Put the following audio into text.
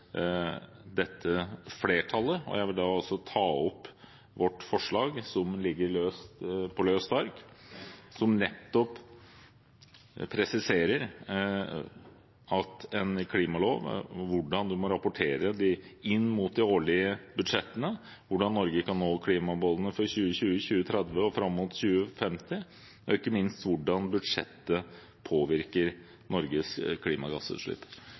dette flertallet. Jeg vil også ta opp vårt forslag, som er på løst ark, som presiserer at en i forbindelse med en klimalov må rapportere i de årlige budsjettene hvordan Norge kan nå klimamålene for 2020, 2030 og fram mot 2050, og ikke minst hvordan budsjettet påvirker Norges klimagassutslipp.